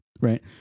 right